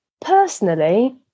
personally